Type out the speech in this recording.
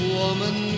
woman